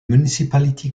municipality